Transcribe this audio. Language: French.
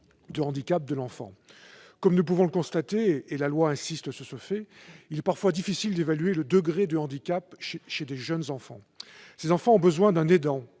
de handicap de l'enfant. Or, comme nous pouvons le constater- et la loi insiste sur ce fait -, il est parfois difficile d'évaluer le degré de handicap chez de jeunes enfants. Certains enfants handicapés ont besoin qu'un aidant